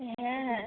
হ্যাঁ হ্যাঁ